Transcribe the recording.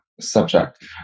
subject